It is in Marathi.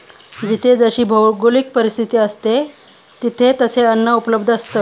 जिथे जशी भौगोलिक परिस्थिती असते, तिथे तसे अन्न उपलब्ध असतं